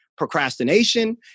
procrastination